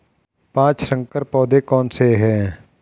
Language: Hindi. पाँच संकर पौधे कौन से हैं?